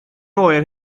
oer